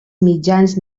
mitjans